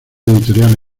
editoriales